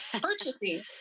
purchasing